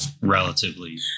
relatively